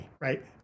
right